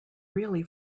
really